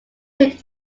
picked